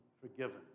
forgiven